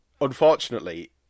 unfortunately